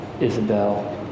Isabel